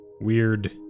weird